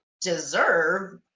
deserve